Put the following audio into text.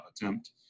attempt